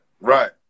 right